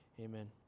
Amen